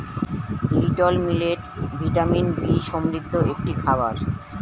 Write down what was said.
little millet vitamin B সমৃদ্ধ একটি খাবার